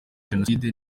jenoside